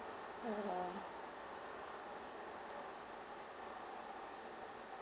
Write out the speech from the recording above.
uh